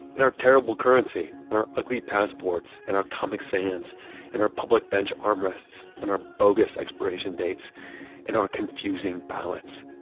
and our terrible currency and our ugly passports and our comic sans and our public bench armrests and our bogus expiration dates and our confusing ballots.